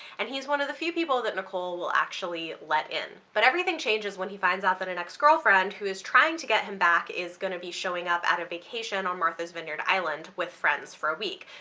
and he's one of the few people that nicole will actually let in. but everything changes when he finds out that an ex-girlfriend who is trying to get him back is going to be showing up at a vacation on martha's vineyard island with friends for a week,